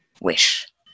wish